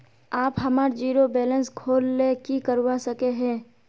आप हमार zero balance खोल ले की करवा सके है?